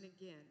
again